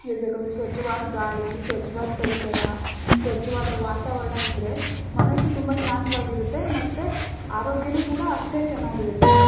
ಹೇಳಬೇಕು ಅಂದರೆ ಸ್ವಚ್ಛವಾದ ಗಾಳಿ ಸ್ವಚ್ಛವಾದ ಪರಿಸರ ಸ್ವಚ್ಛವಾದ ವಾತಾವರಣ ಇದ್ದರೆ ಮನಸ್ಸು ತುಂಬ ಶಾಂತವಾಗಿರುತ್ತೆ ಮತ್ತೆ ಆರೋಗ್ಯನು ಕೂಡ ಅಷ್ಟೇ ಚೆನ್ನಾಗಿರುತ್ತೆ